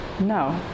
No